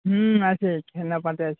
হুম আছে আছে